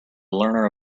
learner